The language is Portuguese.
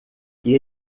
que